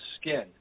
skin